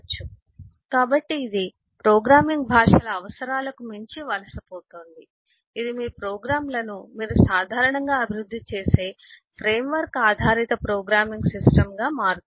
కాబట్టి ఇది ప్రోగ్రామింగ్ భాషల అవసరాలకు మించి వలసపోతోంది ఇది మీ ప్రోగ్రామ్లను మీరు సాధారణంగా అభివృద్ధి చేసే ఫ్రేమ్వర్క్ ఆధారిత ప్రోగ్రామింగ్ సిస్టమ్గా మారుతుంది